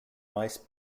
meist